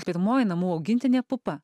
pirmoji namų augintinė pupa